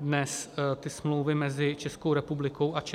dnes ty smlouvy mezi Českou republiku a ČEZ.